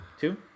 Two